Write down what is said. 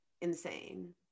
insane